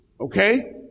Okay